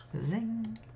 Zing